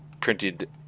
printed